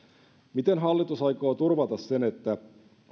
miten hallitus aikoo turvata sen että